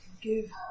Give